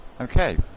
Okay